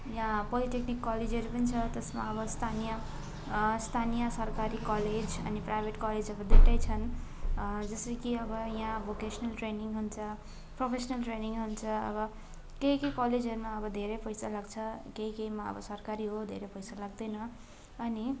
यहाँ पोलिटेक्निक कलेजहरू पनि छ त्यसमा अब स्थानीय स्थानीय सरकारी कलेज अनि प्राइभेट कलेजहरू दुइवटा छन् जस्तो कि अब यहाँ भोकेसनल ट्रेनिङ हुन्छ प्रोफेसनल ट्रेनिङ हुन्छ अब केही केही कलेजहरूमा अब धेरै पैसा लाग्छ केही केहीमा अब सरकारी हो धेरै पैसा लाग्दैन अनि